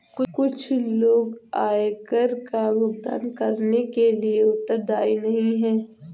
कुछ लोग आयकर का भुगतान करने के लिए उत्तरदायी नहीं हैं